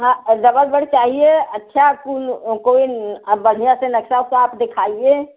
हाँ अ double bed चाहिए अच्छा कूल अ कोई अ बढ़िया से नक्सा ओक्सा आप दिखाइए